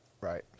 Right